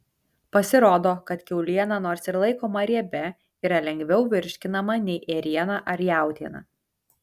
pasirodo kad kiauliena nors ir laikoma riebia yra lengviau virškinama nei ėriena ar jautiena